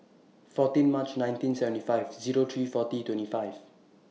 fourteen March nineteen seventy five Zero three forty twenty five